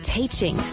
teaching